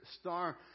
star